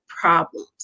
problems